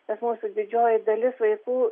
nes mūsų didžioji dalis vaikų